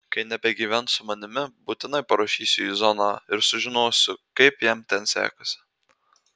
kai nebegyvens su manimi būtinai parašysiu į zoną ir sužinosiu kaip jam ten sekasi